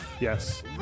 Yes